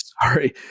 Sorry